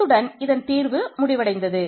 இத்துடன் இதன் தீர்வு முடிவடைந்தது